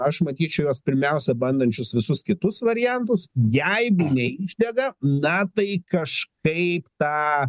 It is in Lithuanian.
aš matyčiau juos pirmiausia bandančius visus kitus variantus jeigu neišdega na tai kažkaip tą